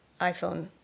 iPhone